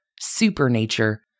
Supernature